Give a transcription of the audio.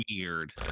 weird